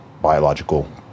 biological